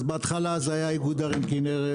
אז בהתחלה זה היה איגוד ערים כנרת,